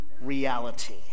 reality